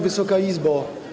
Wysoka Izbo!